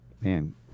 man